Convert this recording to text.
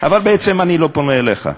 אבל בעצם אני לא פונה אליך,